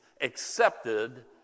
accepted